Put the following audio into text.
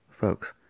Folks